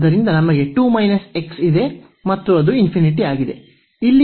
ಆದ್ದರಿಂದ ನಮಗೆ 2 x ಇದೆ ಮತ್ತು ಇದು ಆಗಿದೆ